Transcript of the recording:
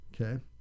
Okay